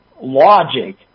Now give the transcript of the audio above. logic